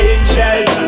Angels